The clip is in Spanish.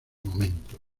momentos